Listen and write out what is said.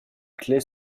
claye